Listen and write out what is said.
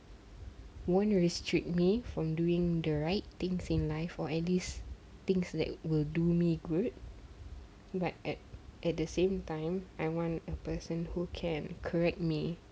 won't restrict me from doing the right things in life or at least things that will do me good but at at the same time I want a person who can correct me